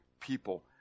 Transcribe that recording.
people